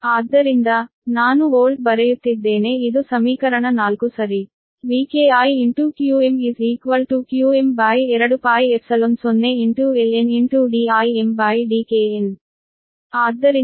ಆದ್ದರಿಂದ ನಾನು ವೋಲ್ಟ್ ಬರೆಯುತ್ತಿದ್ದೇನೆ ಇದು ಸಮೀಕರಣ 4 ಸರಿ